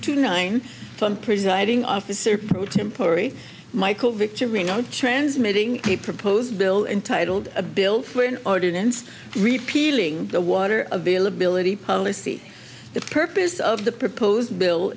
to nine from presiding officer pro tempore michael vick to reno transmitting the proposed bill entitled a bill for an ordinance repealing the water availability policy the purpose of the proposed bill